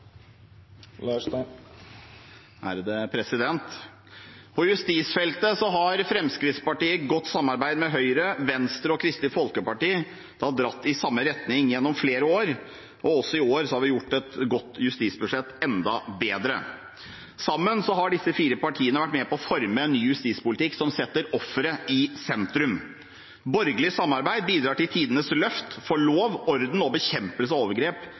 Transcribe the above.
På justisfeltet har Fremskrittspartiet et godt samarbeid med Høyre, Venstre og Kristelig Folkeparti. Vi har dratt i samme retning i flere år, og også i år har vi gjort et godt justisbudsjett enda bedre. Sammen har disse fire partiene vært med på å forme en ny justispolitikk som setter offeret i sentrum. Borgerlig samarbeid bidrar til tidenes løft for lov, orden og bekjempelse av overgrep